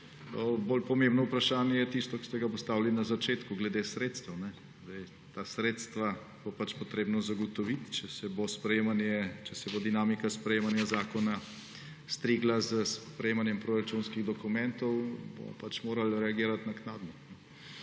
Bolj pomembno vprašanje je tisto, ki ste ga postavili na začetku, glede sredstev. Ta sredstva bo treba zagotoviti. Če bo dinamika sprejemanja zakona strigla s sprejemanjem proračunskih dokumentov, bomo pač morali reagirati naknadno.